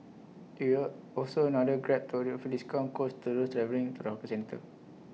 IT will also another grab to offer discount codes to those travelling to the hawker centre